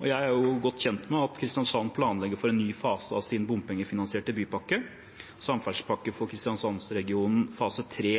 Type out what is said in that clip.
Jeg er godt kjent med at Kristiansand planlegger for en ny fase av sin bompengefinansierte bypakke, Samferdselspakke for Kristiansandsregionen fase 3.